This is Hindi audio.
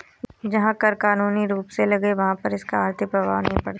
जहां कर कानूनी रूप से लगे वहाँ पर इसका आर्थिक प्रभाव नहीं पड़ता